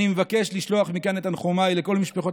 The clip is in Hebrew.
אני מבקש לשלוח מכאן את תנחומיי לכל משפחות